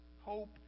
Hope